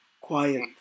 quiet